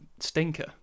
Stinker